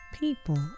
People